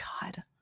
God